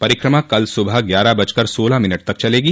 प्रक्रिमा कल सुबह ग्यारह बजकर सोलह मिनट तक चलेगी